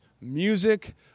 music